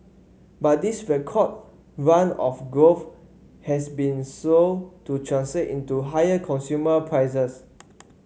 but this record run of growth has been slow to translate into higher consumer prices